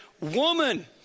woman